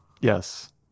Yes